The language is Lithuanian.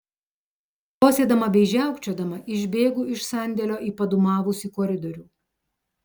kosėdama bei žiaukčiodama išbėgu iš sandėlio į padūmavusį koridorių